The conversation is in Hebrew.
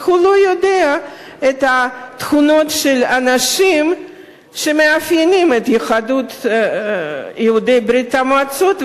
והוא לא יודע את התכונות של האנשים שמאפיינים את יהודי ברית-המועצות.